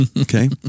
Okay